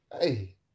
Hey